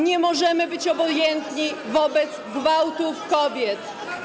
Nie możemy być obojętni wobec gwałtów kobiet.